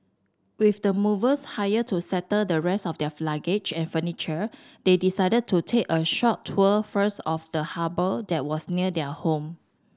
with the movers hired to settle the rest of their of luggage and furniture they decided to take a short tour first of the harbour that was near their home